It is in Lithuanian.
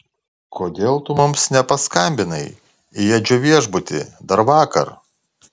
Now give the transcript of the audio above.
kodėl tu mums nepaskambinai į edžio viešbutį dar vakar